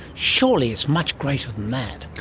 surely it's much greater than that?